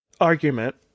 argument